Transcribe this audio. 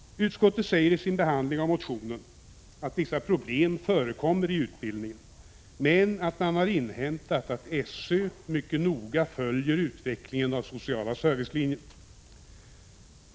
Utskottet säger i sin behandling av motionen att vissa problem förekommer i utbildningen men att man har inhämtat att SÖ mycket noga följer utvecklingen av sociala servicelinjen.